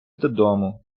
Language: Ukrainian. додому